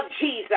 Jesus